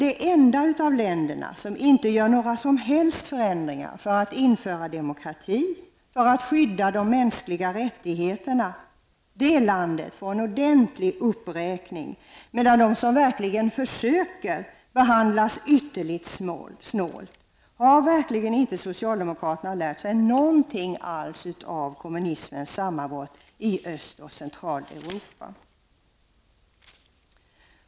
Det enda av länderna som inte gör några som helst förändringar för att införa demokrati och för att skydda de mänskliga rättigheterna får en ordentlig uppräkning, medan de som verkligen försöker behandlas ytterligt snålt. Har verkligen inte socialdemokraterna lärt sig någonting alls av kommunismens sammanbrott i Öst och Centraleuropa?